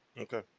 Okay